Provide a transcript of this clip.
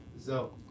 Zo